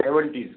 seventies